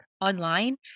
online